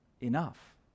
enough